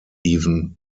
even